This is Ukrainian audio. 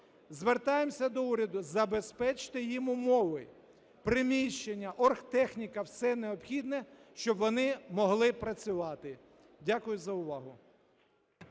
Звертаємося до уряду: забезпечте їм умови (приміщення, оргтехніка, все необхідне), щоб вони могли працювати. Дякую за увагу.